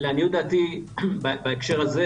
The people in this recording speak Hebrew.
לעניות דעתי, בהקשר הזה